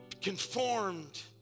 conformed